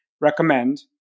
recommend